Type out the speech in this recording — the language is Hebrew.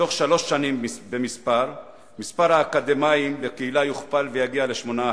ובתוך שלוש שנים מספר האקדמאים בקהילה יוכפל ויגיע ל-8%.